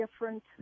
different